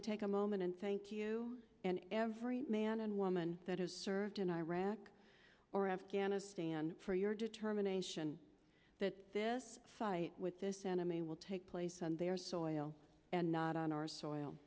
to take a moment and thank you and every man and woman that has served in iraq or afghanistan for your determination that this fight with this enemy will take place on their soil and not on our soil